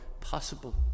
possible